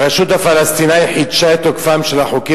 הרשות הפלסטינית חידשה את תוקפם של החוקים